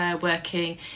working